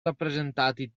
rappresentati